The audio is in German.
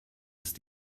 ist